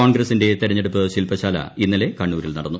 കോൺഗ്രസിന്റെ തെരഞ്ഞെടുപ്പ് ശിൽപശാല ഇന്നലെ കണ്ണൂരിൽ നടന്നു